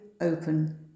open